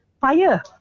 fire